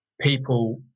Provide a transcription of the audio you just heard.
people